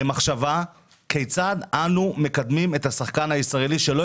למחשבה כיצד אנו מקדמים את השחקן הישראלי שלא